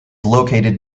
located